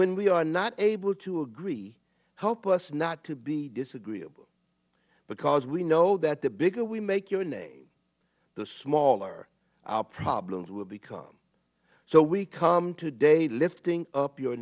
we are not able to agree help us not to be disagreeable because we know that the bigger we make your name the smaller our problems will become so we come today lifting up your